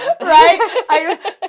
Right